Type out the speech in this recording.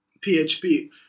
PHP